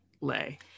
lay